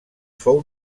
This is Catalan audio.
fou